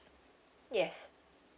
yes